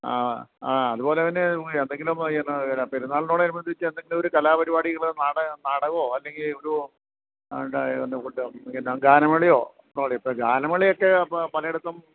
ആ ആ അതുപോലെതന്നെ എന്തെങ്കിലും എന്നാ പെരുന്നാളിനോട് അനുബന്ധിച്ച് എന്തെങ്കിലും ഒരു കലാപരിപാടികള് നാടകമോ അല്ലെങ്കില് ഒരു ബന്ധപ്പെട്ട എന്നാ ഗാനമേളയോ ഓ ഇപ്പോള് ഗാനമേളയൊക്കെ പലയിടത്തും